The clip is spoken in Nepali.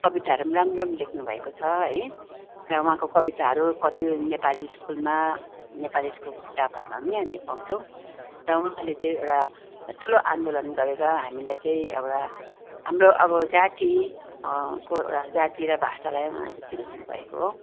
कविताहरू पनि राम्रो राम्रो लेख्नु भएको छ है र उहाँको कविताहरू कति नेपाली स्कुलमा नेपाली स्कुलको किताबहरूमा पनि हामी पाउँछौँ र उहाँले चाहिँ एउटा ठुलो आन्दोलन गरेर हामीलाई चाहिँ एउटा हाम्रो अब जाति को एउटा जाति र भाषालाई उहाँले चिनाउनु भएको हो